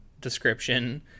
description